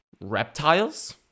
reptiles